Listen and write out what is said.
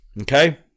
okay